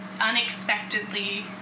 unexpectedly